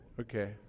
Okay